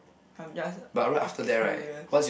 I'm just a curious